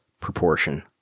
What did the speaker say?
proportion